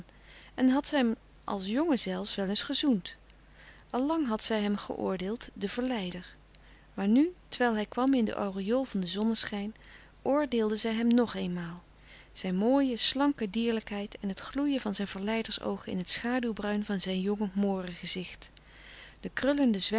en had zij hem als jongen zelfs wel eens gezoend al lang had zij hem geoordeeld den verleider maar nu terwijl hij kwam in den aureool van den zonneschijn oordeelde zij hem nog eenmaal zijn mooie slanke dierlijkheid en het louis couperus de stille kracht gloeien van zijn verleidersoogen in het schaduwbruin van zijn jonge moorengezicht de